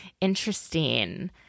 interesting